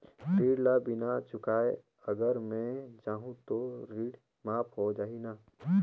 ऋण ला बिना चुकाय अगर मै जाहूं तो ऋण माफ हो जाही न?